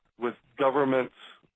with governments,